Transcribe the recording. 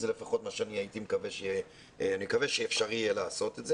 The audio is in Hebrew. זה מה שאני מקווה שאפשר יהיה לעשות.